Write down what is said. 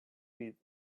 with